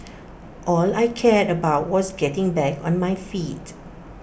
all I cared about was getting back on my feet